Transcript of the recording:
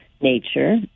nature